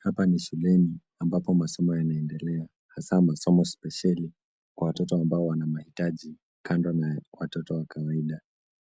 Hapa ni shuleni ambapo masomo yanaendelea, hasaa masomo spesheli kwa watoto ambao wana mahitaji kando na watoto wa kawaida.